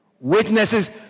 Witnesses